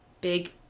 Big